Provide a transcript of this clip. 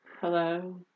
hello